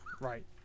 Right